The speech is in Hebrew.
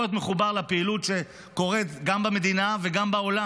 להיות מחובר לפעילות גם במדינה וגם בעולם.